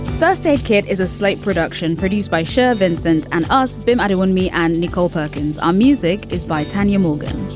first aid kit is a slight production produced by sherred vincent and us but matawan, me and nicole perkins. our music is by tanya morgan.